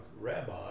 rabbi